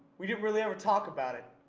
we didn't really ever talk about it,